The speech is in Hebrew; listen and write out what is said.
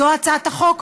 זו הצעת החוק.